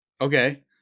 Okay